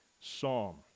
Psalm